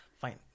fine